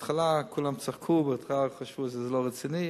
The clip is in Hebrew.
בהתחלה כולם צחקו, בהתחלה חשבו שזה לא רציני.